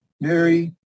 Mary